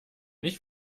nicht